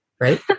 Right